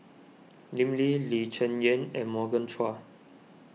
Lim Lee Lee Cheng Yan and Morgan Chua